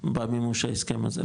במימוש ההסכם הזה,